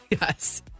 Yes